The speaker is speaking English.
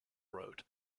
road